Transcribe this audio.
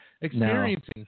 experiencing